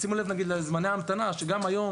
שימו לב לזמני ההמתנה גם היום,